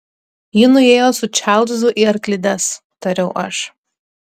ji nuėjo su čarlzu į arklides tariau aš